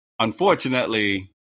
Unfortunately